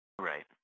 Right